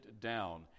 down